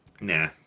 Nah